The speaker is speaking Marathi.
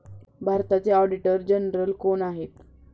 भारताचे ऑडिटर जनरल कोण आहेत?